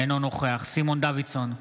אינו נוכח סימון דוידסון,